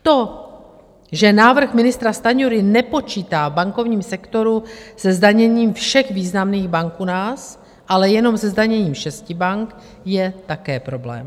To, že návrh ministra Stanjury nepočítá v bankovním sektoru se zdaněním všech významných bank u nás, ale jenom se zdaněním šesti bank, je také problém.